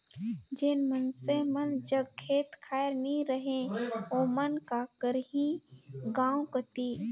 जेन मइनसे मन जग खेत खाएर नी रहें ओमन का करहीं गाँव कती